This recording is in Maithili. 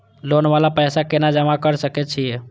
लोन वाला पैसा केना जमा कर सके छीये?